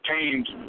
teams